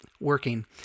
working